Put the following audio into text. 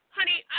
Honey